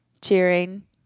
cheering